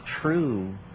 true